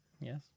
Yes